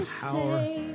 power